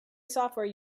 software